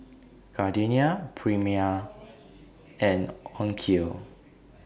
Gardenia Prima and Onkyo